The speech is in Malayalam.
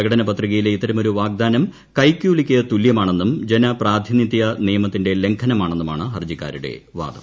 പ്രകടനപത്രികയിലെ ഇത്തരമൊരു വാഗ്ദാനം കൈക്കൂലിക്കു തുല്യമാണെന്നും ജനപ്രാതിനിധ്യ നിയമത്തിന്റെ ലംഘനമാണെന്നുമാണ് ഹർജിക്കാരുടെ വാദം